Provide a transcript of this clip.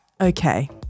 okay